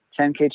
10K